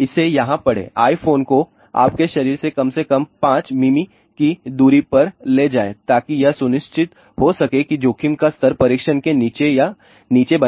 इसे यहाँ पढ़ेंआयफ़ोन को आपके शरीर से कम से कम 5 मिमी की दूरी पर ले जाएँ ताकि यह सुनिश्चित हो सके कि जोखिम का स्तर परीक्षण स्तर के नीचे या नीचे बना रहे